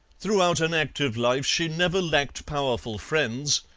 throughout an active life she never lacked powerful friends,